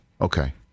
okay